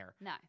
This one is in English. no